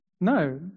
No